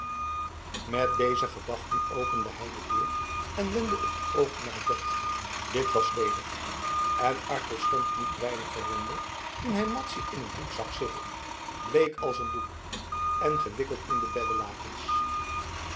met deze gedachten opende hij de deur en wendde het oog naar het bed dit was ledig en arkel stond niet weinig verwonderd toen hij madzy in een hoek zag zitten bleek als een doek en gewikkeld in de